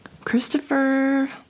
Christopher